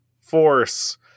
force